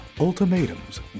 Ultimatums